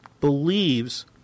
believes